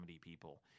people